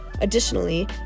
Additionally